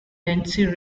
nancy